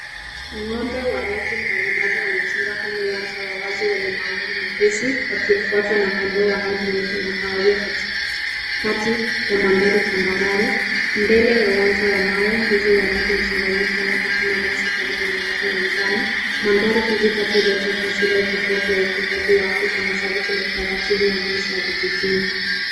Sehemu ya ghorofa inayoonekana kama kiwanda au makaaji ya kukodisha. Imezungukwa na ua wa mabati. Karibu kuna nyasi zilizokauka. Masaa ya mchana, mawingu machache yapo angani. Jua limewaka.